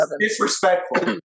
Disrespectful